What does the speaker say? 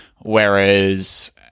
Whereas